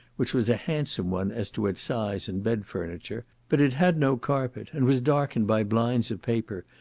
which was a handsome one as to its size and bed furniture, but it had no carpet, and was darkened by blinds of paper,